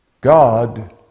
God